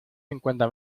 cincuenta